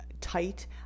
tight